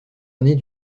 année